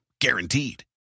Guaranteed